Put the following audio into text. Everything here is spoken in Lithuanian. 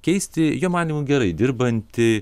keisti jo manymu gerai dirbantį